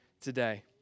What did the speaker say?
today